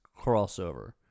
crossover